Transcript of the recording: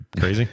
crazy